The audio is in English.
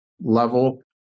level